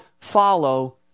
follow